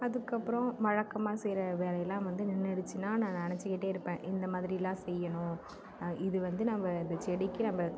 அதுக்கப்புறம் வழக்கமாக செய்கிற வேலை எல்லாம் வந்து நின்றிடுச்சினா நான் நினைச்சிக்கிட்டே இருப்பேன் இந்த மாதிரியெலாம் செய்யணும் இது வந்து நம்ம இந்த செடிக்கு நம்ம